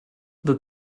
this